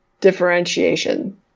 differentiation